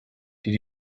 did